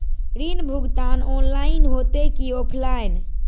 ऋण भुगतान ऑनलाइन होते की ऑफलाइन?